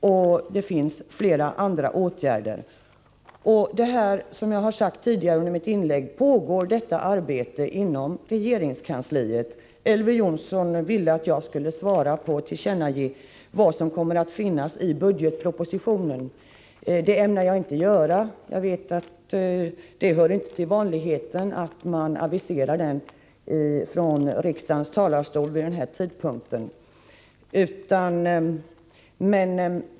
Jag skulle kunna räkna upp flera andra åtgärder som vidtagits av socialdemokraterna. Som jag sagt tidigare i mitt inlägg pågår ett arbete beträffande bilstödet inom regeringskansliet. Elver Jonsson ville att jag skulle tillkännage vad som kommer att tas upp i budgetpropositionen, men det ämnar jag inte göra. Det hör inte till vanligheten att man från riksdagens talarstol aviserar innehållet i budgetpropositionen vid den här tidpunkten.